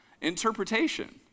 Interpretation